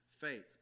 faith